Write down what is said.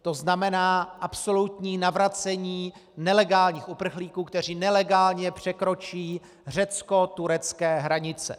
To znamená absolutní navracení nelegálních uprchlíků, kteří nelegálně překročí řeckoturecké hranice.